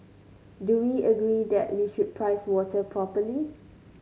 do we agree that we should price water properly